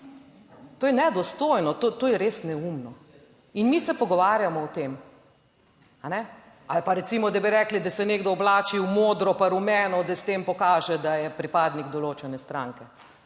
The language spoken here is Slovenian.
To je nedostojno, to je res neumno. In mi se pogovarjamo o tem, a ne. Ali pa recimo, da bi rekli, da se nekdo oblači v modro pa rumeno, da s tem pokaže, da je pripadnik določene stranke.